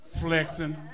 flexing